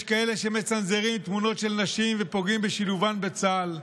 יש כאלה שמצנזרים תמונות של נשים ופוגעים בשילובן בצה"ל.